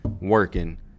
working